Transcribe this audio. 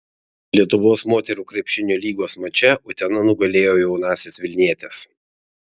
lietuvos moterų krepšinio lygos mače utena nugalėjo jaunąsias vilnietes